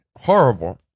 Horrible